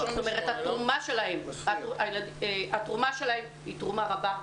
התרומה שלהם היא תרומה רבה.